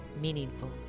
meaningful